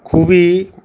খুবই